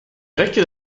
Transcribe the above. orecchie